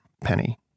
Penny